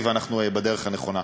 אנחנו בדרך הנכונה.